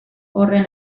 horren